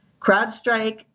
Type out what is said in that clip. CrowdStrike